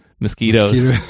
mosquitoes